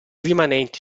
rimanenti